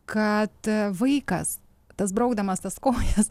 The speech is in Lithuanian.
kad vaikas tas braukdamas tas kojas